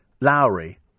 lowry